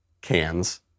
cans